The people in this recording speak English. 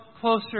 closer